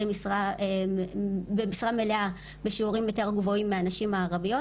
במשרה מלאה בשיעורים יותר גבוהים מהנשים הערביות.